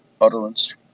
utterance